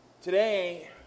Today